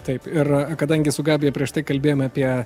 taip ir kadangi su gabija prieš tai kalbėjome apie